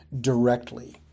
directly